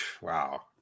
Wow